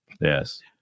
Yes